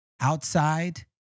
outside